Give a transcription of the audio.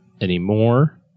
anymore